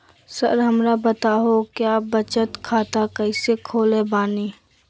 Sir हमरा बताओ क्या बचत खाता कैसे खोले बानी?